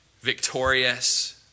victorious